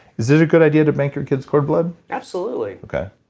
is it a good idea to bank your kid's cord blood? absolutely okay,